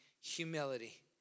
Humility